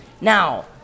Now